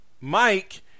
Mike